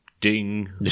Ding